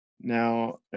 now